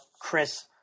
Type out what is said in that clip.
Chris